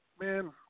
man